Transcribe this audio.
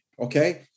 Okay